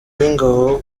w’ingabo